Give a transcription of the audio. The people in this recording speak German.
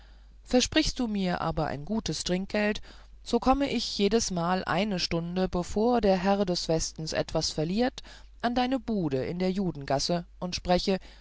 versprichst du mir aber ein gut trinkgeld so komme ich jedesmal eine stunde bevor der herr des westen etwas verliert an deine bude in der judengasse und spreche